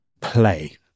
Play